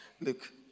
Look